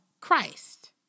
Christ